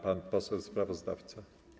Pan poseł sprawozdawca?